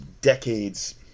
decades